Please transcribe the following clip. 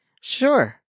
Sure